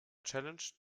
challenged